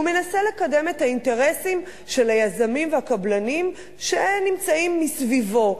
והוא מנסה לקדם את האינטרסים של היזמים והקבלנים שנמצאים מסביבו.